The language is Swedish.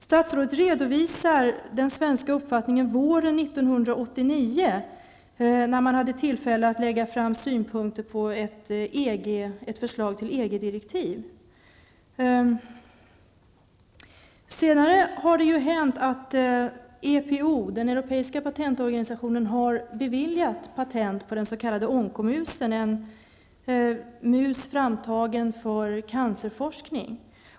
Statsrådet redovisar hur den svenska uppfattningen var våren 1989, när man hade tillfälle att framföra synpunkter på ett förslag till EG-direktiv. Senare har det hänt att EPO, den europeiska patentorganisationen, har beviljat patent på den s.k. onkomusen, en mus framtagen för cancerforskning.